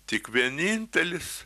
tik vienintelis